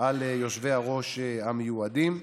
על יושבי-הראש המיועדים.